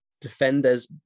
defenders